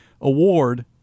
award